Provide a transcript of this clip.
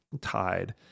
tied